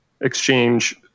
exchange